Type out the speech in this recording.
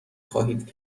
خواهید